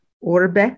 Orbe